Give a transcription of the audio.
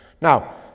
Now